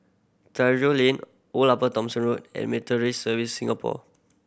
Lane Old Upper Thomson Road and Meteorological Service Singapore